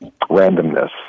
randomness